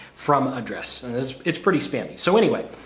from address and it's it's pretty spammy. so anyway,